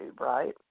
right